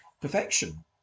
perfection